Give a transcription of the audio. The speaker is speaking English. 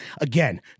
again